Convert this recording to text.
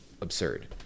absurd